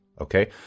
okay